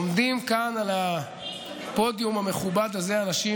עומדים כאן על הפודיום המכובד הזה אנשים